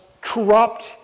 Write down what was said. corrupt